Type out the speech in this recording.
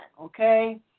okay